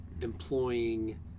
employing